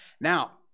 Now